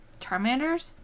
Charmanders